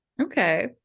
Okay